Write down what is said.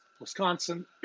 Wisconsin